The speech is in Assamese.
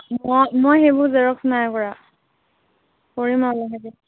মই মই সেইবোৰ জেৰক্স নাই কৰা কৰিম আৰু লাহেকৈ